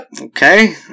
Okay